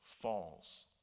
falls